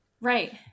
right